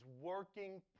working